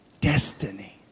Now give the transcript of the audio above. destiny